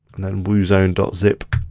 and then woozone zip.